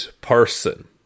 person